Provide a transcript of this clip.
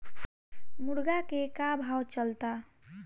मुर्गा के का भाव चलता?